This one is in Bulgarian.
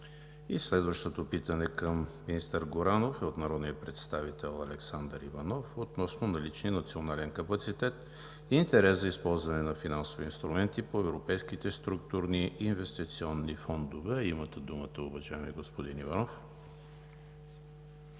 Следващото питане към министър Горанов е от народния представител Александър Иванов относно наличен национален капацитет и интерес за използването на финансови инструменти по европейските структурни и инвестиционни фондове. Имате думата, уважаеми господин Иванов.